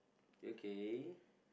okay